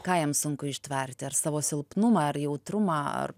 ką jam sunku ištverti ar savo silpnumą ar jautrumą ar